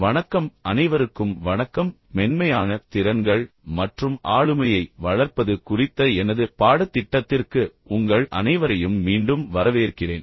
வணக்கம் அனைவருக்கும் வணக்கம் மென்மையான திறன்கள் மற்றும் ஆளுமையை வளர்ப்பது குறித்த எனது பாடத்திட்டத்திற்கு உங்கள் அனைவரையும் மீண்டும் வரவேற்கிறேன்